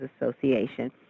Association